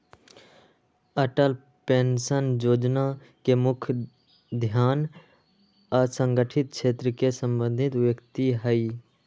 Atal pension जोजना के मुख्य ध्यान असंगठित क्षेत्र से संबंधित व्यक्ति हइ